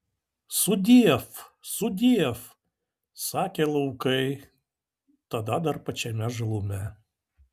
sudiev sudiev sakė laukai tada dar pačiame žalume